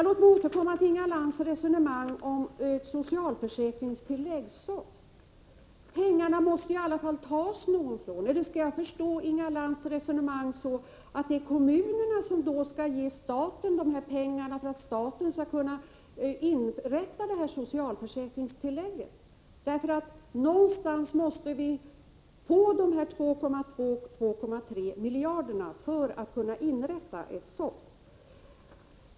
Låt mig återkomma till Inga Lantz resonemang om ett socialförsäkringstillägg, SOFT. Pengarna måste i alla fall tas någonstans. Eller skall jag förstå Inga Lantz resonemang så, att det är kommunerna som skall ge staten pengar för att staten skall kunna inrätta ett socialförsäkringstillägg? Någonstans ifrån måste vi få de 2,3 miljarder som det rör sig om för att kunna inrätta SOFT.